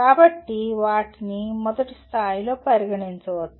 కాబట్టి వాటిని మొదటి స్థాయిలో పరిగణించవచ్చు